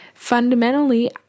fundamentally